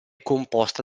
composta